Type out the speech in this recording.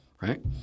right